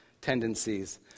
tendencies